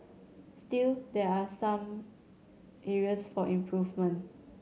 still there are some areas for improvement